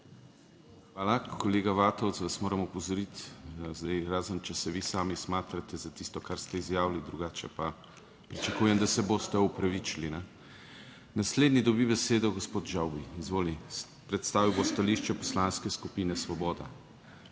Hvala. Kolega Vatovec, vas moram opozoriti, zdaj, razen če se vi sami smatrate za tisto, kar ste izjavili, drugače pa pričakujem, da se boste opravičili. Naslednji dobi besedo gospod Žavbi, izvoli, predstavil bo stališče Poslanske skupine Svoboda.